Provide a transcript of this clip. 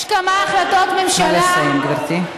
יש כמה החלטות ממשלה, נא לסיים, גברתי.